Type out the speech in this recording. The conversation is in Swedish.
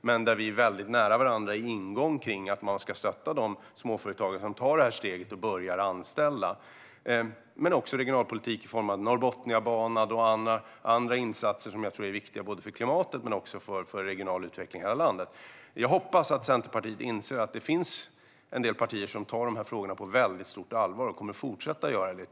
Men vi är väldigt nära varandra i fråga om att man ska stödja de småföretagare som tar steget och börjar anställa. Det handlar också om regionalpolitik i form av Norrbotniabanan och andra insatser som jag tror är viktiga både för klimatet och för regional utveckling i landet. Jag hoppas att Centerpartiet inser att det finns en del partier som tar dessa frågor på väldigt stort allvar och kommer att fortsätta att göra det.